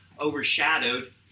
overshadowed